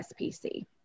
SPC